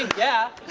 yeah.